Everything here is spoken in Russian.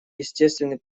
естественный